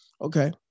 okay